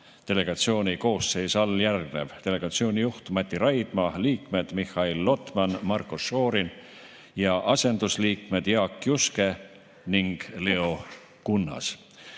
delegatsiooni koosseis alljärgnev: delegatsiooni juht Mati Raidma, liikmed Mihhail Lotman ja Marko Šorin ning asendusliikmed Jaak Juske ja Leo